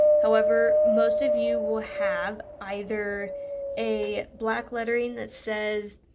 however, most of you will have either a black lettering that says